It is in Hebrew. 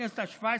בכנסת השבע-עשרה,